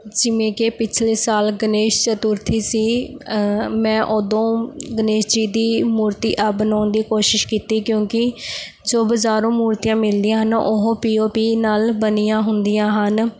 ਜਿਵੇਂ ਕਿ ਪਿਛਲੇ ਸਾਲ ਗਣੇਸ਼ ਚਤੁਰਥੀ ਸੀ ਮੈਂ ਉਦੋਂ ਗਣੇਸ਼ ਜੀ ਦੀ ਮੂਰਤੀ ਆਪ ਬਣਾਉਣ ਦੀ ਕੋਸ਼ਿਸ਼ ਕੀਤੀ ਕਿਉਂਕਿ ਜੋ ਬਜ਼ਾਰੋਂ ਮੂਰਤੀਆਂ ਮਿਲਦੀਆਂ ਹਨ ਉਹ ਪੀ ਓ ਪੀ ਨਾਲ ਬਣੀਆਂ ਹੁੰਦੀਆਂ ਹਨ